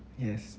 yes